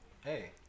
Hey